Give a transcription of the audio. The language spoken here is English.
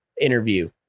interview